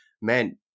man